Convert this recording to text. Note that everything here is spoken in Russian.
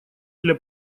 для